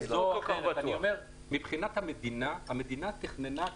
אני רק אומר שהמדינה תכננה,